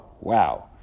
Wow